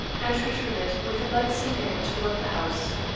and retreated with a lightsome air toward the house.